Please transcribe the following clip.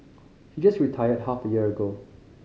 he just retired half a year ago